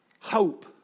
Hope